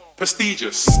prestigious